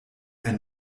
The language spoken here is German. ein